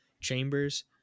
Chambers